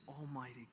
almighty